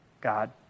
God